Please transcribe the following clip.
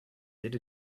did